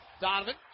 Donovan